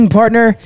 partner